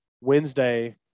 Wednesday